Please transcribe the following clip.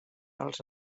als